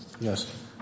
Yes